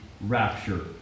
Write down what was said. rapture